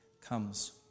comes